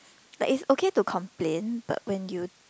like is okay to complain but when you